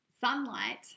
sunlight